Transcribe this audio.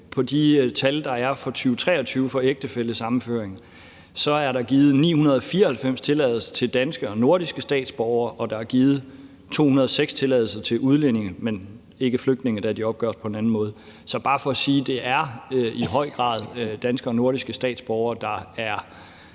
på de tal, der er for 2023, for ægtefællesammenføring, så er der givet 994 tilladelser til danske og nordiske statsborgere, og der er givet 206 tilladelser til udlændinge, men ikke til flygtninge, da de opgøres på en anden måde. Det er bare for at sige, at det i høj grad er danske og nordiske statsborgere, der er